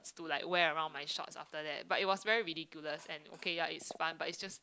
to like wear around my shorts after that but it was very ridiculous and okay ya it's fun but it's just